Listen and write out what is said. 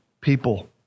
people